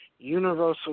Universal